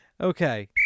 Okay